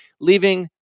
leaving